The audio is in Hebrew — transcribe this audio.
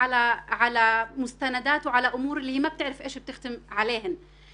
שעל פי נתוני משרד הבריאות שיעור תמותת הילדים בכפרים בנגב,